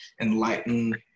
enlighten